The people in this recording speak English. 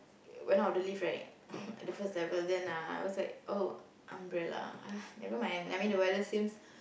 went out of the lift right the first level then I was like oh umbrella ah never mind I mean the weather seems